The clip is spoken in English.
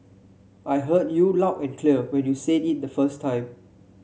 I heard you loud and clear when you said it the first time